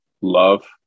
love